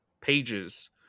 pages